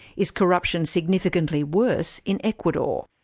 is corruption significantly worse in ecuador?